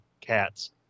cats